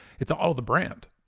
it's all the brand.